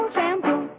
Shampoo